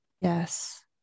Yes